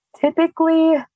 Typically